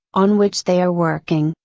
on which they are working,